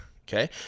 Okay